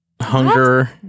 Hunger